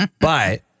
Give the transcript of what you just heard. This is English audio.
But-